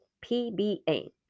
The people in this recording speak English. P-B-A